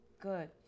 good